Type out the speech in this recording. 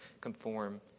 conform